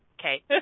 Okay